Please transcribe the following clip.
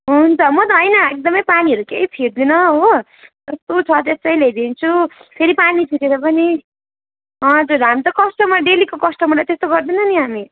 हुन्छ म त होइन एकदमै पानीहरू केही फिट्दिनँ हो जस्तो छ त्यस्तै ल्याइदिन्छु फेरि पानी फिटेर पनि त्यो झन् त्यो कस्टमर डेलीको कस्टमरलाई त्यस्तो गर्दैनौँ नि हामी